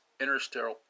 interstellar